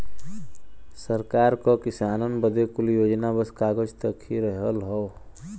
सरकार क किसानन बदे कुल योजना बस कागज तक ही रहल हौ